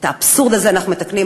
את האבסורד הזה אנחנו מתקנים.